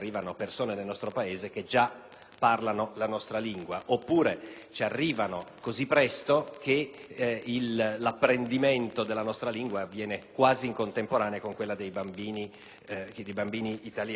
parlano la nostra lingua oppure vi giungono così presto che l'apprendimento della nostra lingua avviene quasi in contemporanea con quello dei bambini italiani.